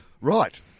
Right